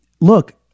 Look